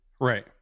Right